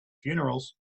funerals